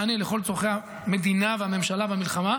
מענה לכל צורכי המדינה והממשלה והמלחמה,